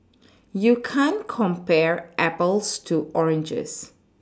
you can't compare Apples to oranges